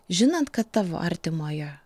žinant kad tavo artimojo